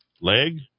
leg